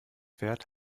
fährt